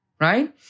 right